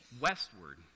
westward